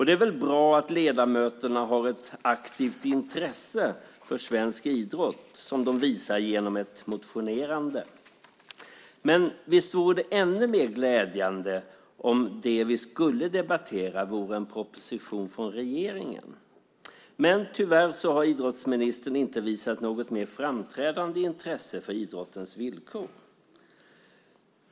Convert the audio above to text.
Det är väl bra att ledamöterna har ett aktivt intresse för svensk idrott som de visar genom ett motionerande. Visst vore det ännu mer glädjande om det vi skulle debattera vore en proposition från regeringen. Men tyvärr har idrottsministern inte visat något mer framträdande intresse för idrottens villkor.